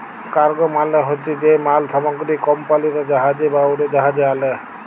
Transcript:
cargo মালে হছে যে মাল সামগ্রী কমপালিরা জাহাজে বা উড়োজাহাজে আলে